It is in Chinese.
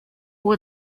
藤为